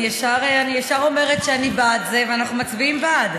אני ישר אומרת שאני בעד זה ואנחנו מצביעים בעד.